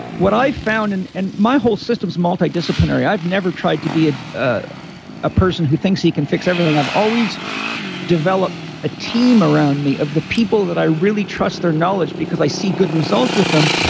what i found. and and my whole system was multidisciplinary. i've never tried to be ah ah a person who thinks he can fix everything. i've always developed a team around me of the people that i really trust their knowledge because i see good results with them.